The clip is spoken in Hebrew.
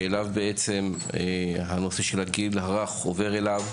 שאליו בעצם הנושא של הגיל הרך עובר אליו,